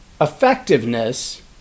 effectiveness